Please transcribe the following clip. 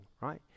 right